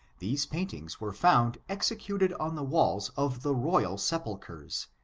these paintings were found executed on the walls of the royal sepulchers,